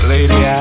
Lady